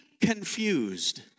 confused